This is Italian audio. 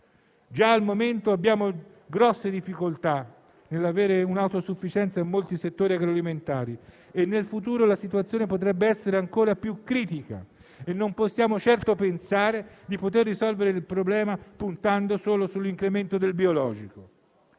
Già al momento abbiamo grosse difficoltà nell'essere autosufficienti in molti settori agroalimentari e nel futuro la situazione potrebbe essere ancora più critica. Non possiamo certo pensare di poter risolvere il problema puntando solo sull'incremento del biologico,